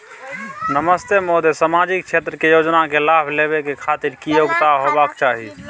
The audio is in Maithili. नमस्ते महोदय, सामाजिक क्षेत्र के योजना के लाभ लेबै के खातिर की योग्यता होबाक चाही?